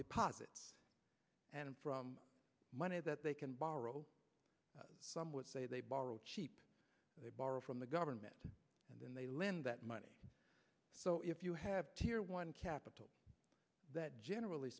deposits and from money that they can borrow some would say they borrow cheap they borrow from the government and then they lend that money so if you have to or one capital that general